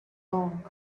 wrong